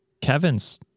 Kevin's